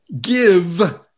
give